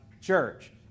church